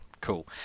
Cool